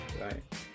Right